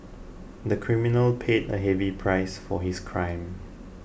the criminal paid a heavy price for his crime